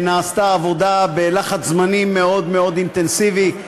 נעשתה עבודה בלחץ זמנים מאוד מאוד אינטנסיבי.